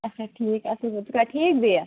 آچھا ٹھیٖک اصٕل پٲٹھی ژٕ چھُ کھا ٹھیٖک بیٚیہِ